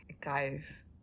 guys